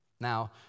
Now